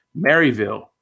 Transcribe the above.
Maryville